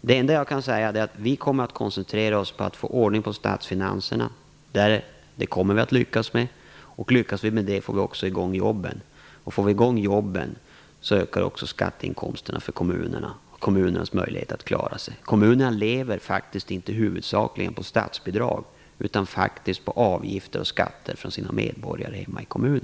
Det enda jag kan säga är att vi kommer att koncentrera oss på att få ordning på statsfinanserna. Det kommer vi att lyckas med. Lyckas vi med det, får vi också i gång jobben. Får vi i gång jobben, ökar också skatteinkomsterna för kommunerna och kommunernas möjligheter att klara sig. Kommunerna lever faktiskt inte huvudsakligen på statsbidrag, utan på avgifter och skatter från sina medborgare hemma i kommunen.